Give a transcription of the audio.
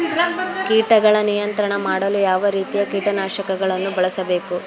ಕೀಟಗಳ ನಿಯಂತ್ರಣ ಮಾಡಲು ಯಾವ ರೀತಿಯ ಕೀಟನಾಶಕಗಳನ್ನು ಬಳಸಬೇಕು?